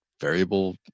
variable